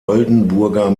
oldenburger